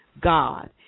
God